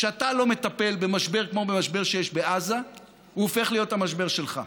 כשאתה לא מטפל במשבר כמו משבר שיש בעזה הוא הופך להיות המשבר שלך.